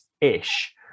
ish